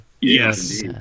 Yes